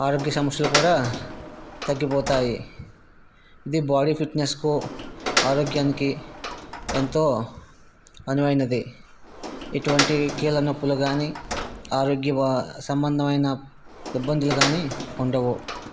ఆరోగ్య సమస్యలు కూడా తగ్గిపోతాయి ఇది బాడీ ఫిట్నెస్కు ఆరోగ్యానికి ఎంతో అనువైనది ఇటువంటి కీళ్ళ నొప్పులు కానీ ఆరోగ్య సంబంధమైన ఇబ్బందులు కానీ ఉండవు